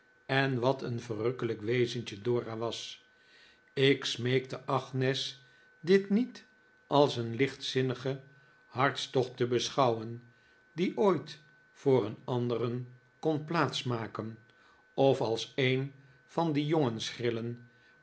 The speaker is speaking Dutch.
en wat een verrukkelijk wezentje dora was ik smeekte agnes dit niet als een lichtzinnigen hartstocht te beschouwen die ooit voor een anderen kon plaats maken of als een van die